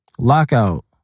lockout